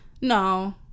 No